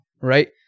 right